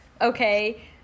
Okay